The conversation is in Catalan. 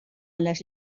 les